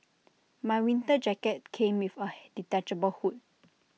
my winter jacket came with A detachable hood